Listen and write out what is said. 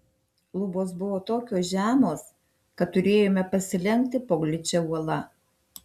lubos buvo tokios žemos kad turėjome pasilenkti po gličia uola